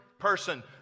Person